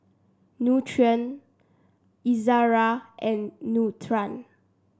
Nutren Ezerra and Nutren